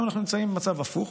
היום אנחנו נמצאים במצב הפוך,